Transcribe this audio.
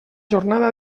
jornada